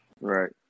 Right